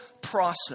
process